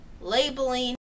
labeling